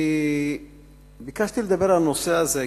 אני ביקשתי לדבר על הנושא הזה,